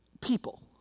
people